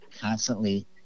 constantly